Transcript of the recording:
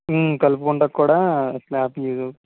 కలుపుకోవటానికి కూడా slab use